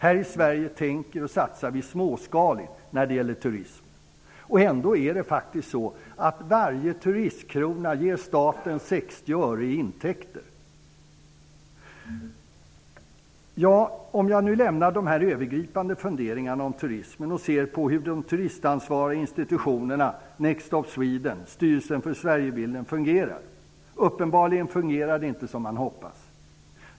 Här i Sverige tänker och satsar vi småskaligt när det gäller turism. Ändå är det faktiskt så att varje turistkrona ger staten 60 öre i intäkter. Låt mig lämna de här övergripande funderingarna om turism och se på hur de turistansvariga institutionerna Next Stop Sweden och Styrelsen för Sverigebilden fungerar. Uppenbarligen fungerar de inte som man hoppats.